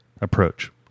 approach